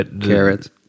Carrots